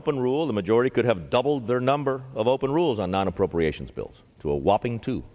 open rule the majority could have doubled their number of open rules on non appropriations bills to a whopping t